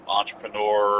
entrepreneur